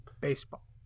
baseball